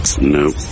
no